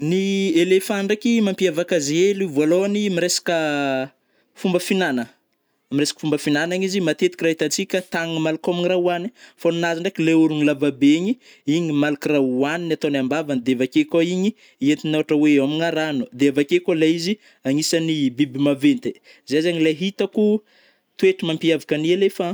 Ny elephant ndraiky mampiavaka azy hely vôlohany amy miresaka fomba fihinana, am miresaka fomba finagnana izy matetiky ra itantsika tagnany malaka hômagna ra hoanigny, fô ninazy ndraiky le ôrogny lava be igny, igny malka ra hoanigny ataony ambavany de avake kô igny, entigna ôhatra oe hômagna rano de avake kô lai izy agnisany biby maventy ai, zay zegny le hitako toetry mampiavaka ny elephant.